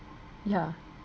yeah